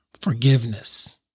Forgiveness